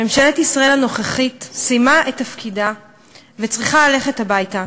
ממשלת ישראל הנוכחית סיימה את תפקידה וצריכה ללכת הביתה.